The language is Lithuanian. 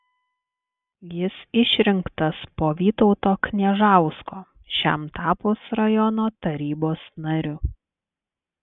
jis išrinktas po vytauto kniežausko šiam tapus rajono tarybos nariu